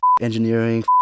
engineering